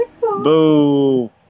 Boo